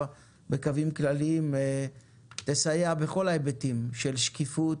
בקווים כלליים תסייע בכל ההיבטים של שקיפות,